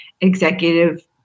executive